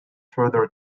further